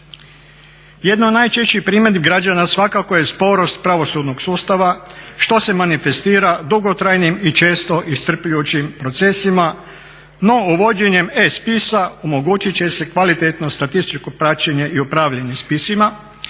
Jedna od najčešćih primjedbi građana svakako je sporost pravosudnog sustava što se manifestira dugotrajnim i često iscrpljujućim procesima, no uvođenjem e-spisa omogućit će se kvalitetno statističko praćenje i upravljanje spisima,